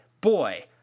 boy